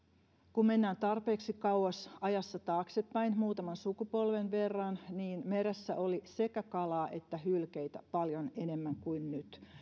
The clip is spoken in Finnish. kun mennään tarpeeksi kauas ajassa taaksepäin muutaman sukupolven verran niin meressä oli sekä kalaa että hylkeitä paljon enemmän kuin nyt